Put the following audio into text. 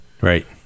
Right